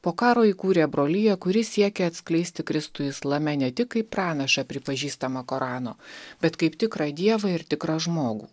po karo įkūrė broliją kuri siekė atskleisti kristų islame ne tik kaip pranašą pripažįstamą korano bet kaip tikrą dievą ir tikrą žmogų